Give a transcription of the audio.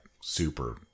super